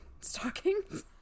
stockings